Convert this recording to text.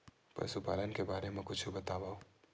पशुपालन के बारे मा कुछु बतावव?